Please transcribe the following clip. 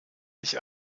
ich